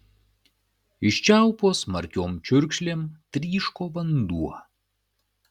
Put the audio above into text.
iš čiaupo smarkiom čiurkšlėm tryško vanduo